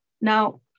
Now